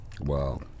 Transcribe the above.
wow